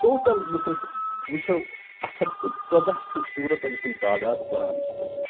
total یُس أسۍ وُچھو اَکھ ہتھ تہٕ ژۅدہ چھُ سوٗرَتَن ہُند تعداد قۅرانَس مَںٛز